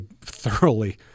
thoroughly